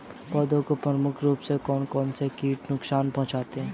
पौधों को प्रमुख रूप से कौन कौन से कीट नुकसान पहुंचाते हैं?